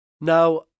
Now